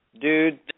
Dude